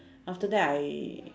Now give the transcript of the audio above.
after that I